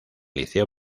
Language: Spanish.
liceo